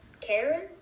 Karen